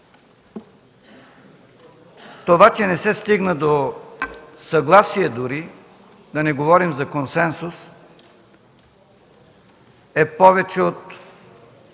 Това, че не се стигна до съгласие дори, да не говорим за консенсус, е повече от